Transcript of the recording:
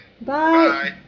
bye